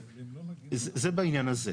זה בעניין הזה.